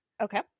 Okay